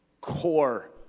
core